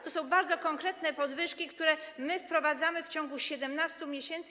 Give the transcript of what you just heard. To są bardzo konkretne podwyżki, które my wprowadzamy w ciągu 17 miesięcy.